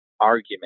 argument